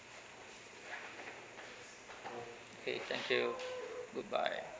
okay thank you goodbye